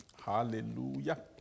Hallelujah